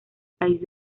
país